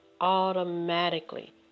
automatically